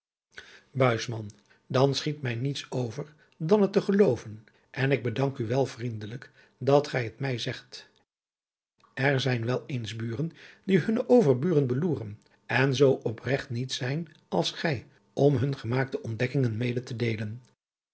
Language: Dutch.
dan schiet mij niets over dan het te gelooven en ik bedank u wel vriendelijk dat gij het mij zegt er zijn wel eens buren die hunne overburen beloeren en zoo opregt niet zijn als gij om hunne gemaakte ontdekkingen mede te deelen